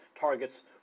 targets